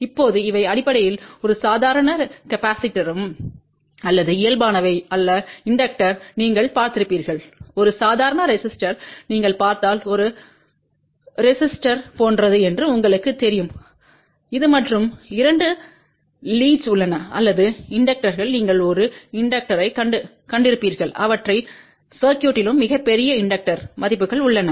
இப்போது இவை அடிப்படையில் ஒரு சாதாரண ரெசிஸ்டோர்யம் அல்லது இயல்பானவை அல்ல இண்டக்டர் நீங்கள் பார்த்திருப்பீர்கள் ஒரு சாதாரண ரெசிஸ்டோர் நீங்கள் பார்த்தால் ஒரு ரெசிஸ்டோர் போன்றது என்று உங்களுக்குத் தெரியும் இது மற்றும் இரண்டு லீட்ஸ்கள் உள்ளன அல்லது இண்டக்டர் நீங்கள் ஒரு இண்டக்டர்க் கண்டிருப்பீர்கள் அவற்றைச் சர்க்யூட்லும் மிகப் பெரிய இண்டக்டர் மதிப்புகள் உள்ளன